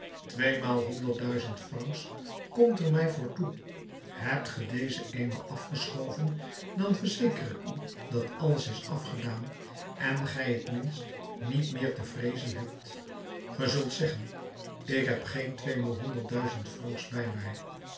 tweemaal honderd duizend francs komt er mij voor toe hebt ge deze eenmaal afgeschoven dan verzeker ik u dat alles is afgedaan en gij t minst niet meer te vreezen hebt ge zult zeggen ik heb geen tweemaal honderd duizend francs bij mij